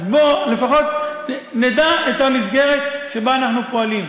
אז בוא, לפחות נדע מה המסגרת שבה אנחנו פועלים.